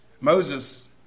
Moses